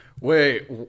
Wait